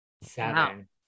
Seven